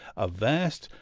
a vast,